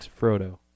Frodo